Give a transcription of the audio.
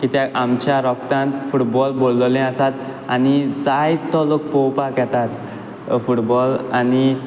कित्याक आमच्या रोगतांत फुटबॉल भोरलोलें आसात आनी जायतो लोक पोवपाक येतात फुटबॉल आनी